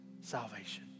salvation